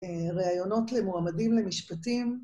רעיונות למועמדים למשפטים.